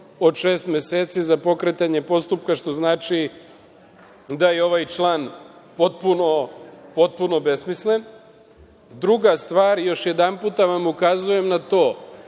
od šest meseci za pokretanje postupka, što znači da je ovaj član potpuno besmislen. Druga stvar, još jedanputa vam ukazujem na to,